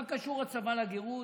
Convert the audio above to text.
מה קשור הצבא לגרות?